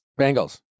Bengals